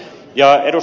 kun ed